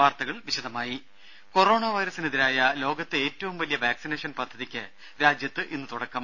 വാർത്തകൾ വിശദമായി കൊറോണ വൈറസിനെതിരായ ലോകത്തെ ഏറ്റവും വലിയ വാക്സിനേഷൻ പദ്ധതിക്ക് രാജ്യത്ത് ഇന്ന് തുടക്കം